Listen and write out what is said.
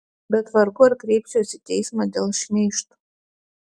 bet vargu ar kreipsiuosi į teismą dėl šmeižto